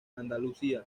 andalucía